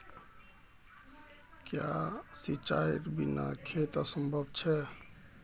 क्याँ सिंचाईर बिना खेत असंभव छै?